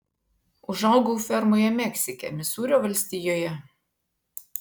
užaugau fermoje meksike misūrio valstijoje